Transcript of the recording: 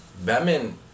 Batman